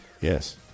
Yes